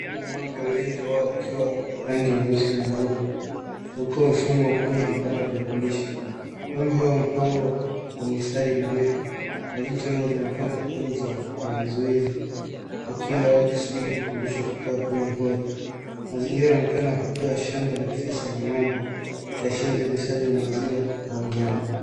Zizi la ng'ombe wengi wao wakiwa wa rangi nyeusi na nyeupe, wakiwa wamefungwa kwenye vibanda vya kulisha. Ng'ombe hawa wamepangwa kwa mistari mirefu na vichwa vyao vinatoka nje ya vizuizi. Wakila au wakisubiri kulishwa kutoka kwenye hori. Mazingira yanaonekana kuwa shamba la kisasa la ng'ombe likiashiria uzalishaji wa maziwa au nyama.